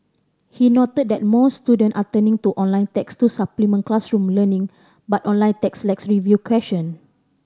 he noted that more student are turning to online text to supplement classroom learning but online text lacks review question